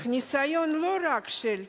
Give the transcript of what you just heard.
אך ניסיון לא רק של ישראל,